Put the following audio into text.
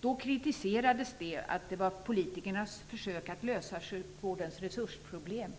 Då kritiserades det för att vara politikernas försök att lösa sjukvårdens resursproblem.